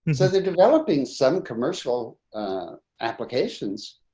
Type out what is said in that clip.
and so they're developing some commercial applications,